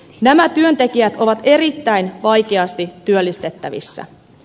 nämä työntekijät ovat erittäin vaikeasti työllistettävissä